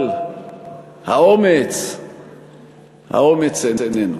אבל האומץ איננו.